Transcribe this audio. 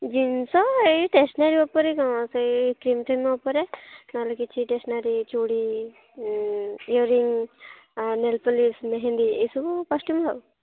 ଜିନିଷ ଏଇ ଷ୍ଟେସନାରୀ ଉପରେ କ'ଣ ସେଇ କ୍ରିମ୍ ଫ୍ରୀମ୍ ଉପରେ ନହେଲେ କିଛି ଷ୍ଟେସନାରୀ ଚୁଡ଼ି ଇଅରିଙ୍ଗ୍ ନେଲ୍ ପଲିସ୍ ମେହେନ୍ଦି ଏଇ ସବୁ